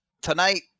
tonight